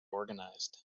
organized